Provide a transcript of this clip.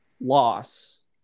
loss